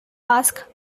ask